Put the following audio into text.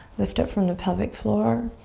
lift up from the pelvic floor.